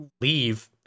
leave